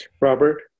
Robert